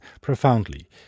profoundly